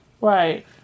Right